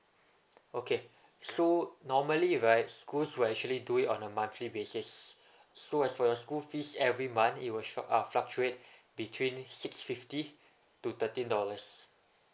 okay so normally right schools will actually do it on a monthly basis so as for your school fees every month it will sho~ uh fluctuate between six fifty to thirteen dollars